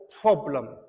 problem